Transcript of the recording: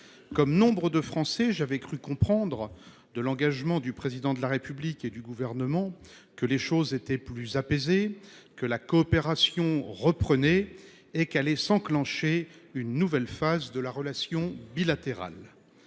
Comme nombre de Français, j'avais cru comprendre de l'engagement du président de la République et du gouvernement que les choses étaient plus apaisées, que la coopération reprenait et qu'allait s'enclencher une nouvelle phase de la relation bilatérale.